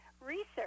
research